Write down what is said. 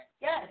Yes